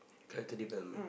character development